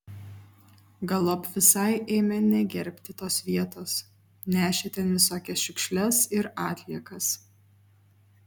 galop visai ėmė negerbti tos vietos nešė ten visokias šiukšles ir atliekas